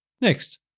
Next